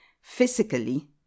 physically